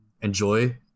enjoy